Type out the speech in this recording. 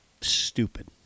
Stupid